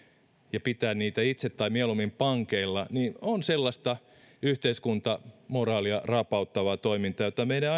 ja pitää itse tai mieluummin pankeilla on sellaista yhteiskuntamoraalia rapauttavaa toimintaa jota meidän